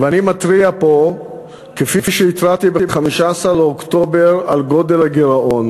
ואני מתריע פה כפי שהתרעתי ב-15 באוקטובר על גודל הגירעון.